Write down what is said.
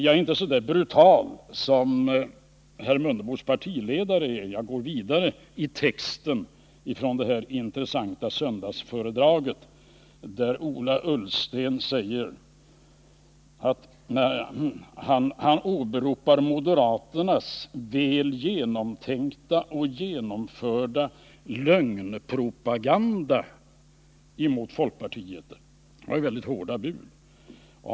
Jag är inte så brutal som herr Mundebos partiledare — jag går vidare i referatet av det intressanta söndagsföredraget. Ola Ullsten åberopade enligt detta moderaternas väl genomtänkta och genomförda lögnpropaganda mot folkpartiet. Det var hårda bud.